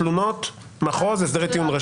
תלונות, מחוז, הסדרי טיעון.